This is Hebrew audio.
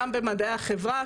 גם במדעי החברה,